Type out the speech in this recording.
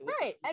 Right